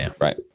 right